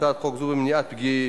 הצעת חוק הגברת האכיפה בשוק ההון (תיקוני חקיקה)